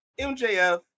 MJF